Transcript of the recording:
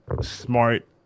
smart